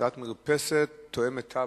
הוצאת היתר למרפסת תואמת תב"ע,